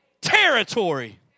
territory